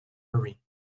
hurry